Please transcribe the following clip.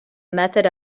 method